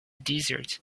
desert